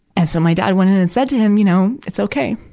and so my dad went in and said to him, you know, it's okay.